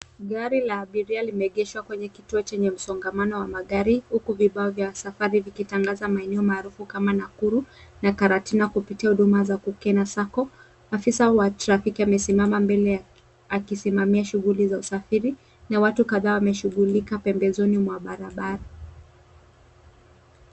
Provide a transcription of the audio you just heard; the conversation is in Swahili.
Gari la abiria limeegeshwa kwenye kituo chenye msongamano wa magari huku vibao vya safari vikitangaza maeneo maarufu kama Nakuru na Karatina, kupitia huduma za Kukena SACCO. Afisa wa trafiki amesimama mbele akisimamia shughuli za usafiri na watu kadhaa wameshughulika pembezoni mwa barabara.